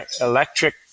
Electric